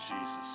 Jesus